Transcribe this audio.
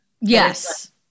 Yes